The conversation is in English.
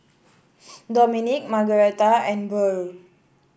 Domenic Margaretha and Burr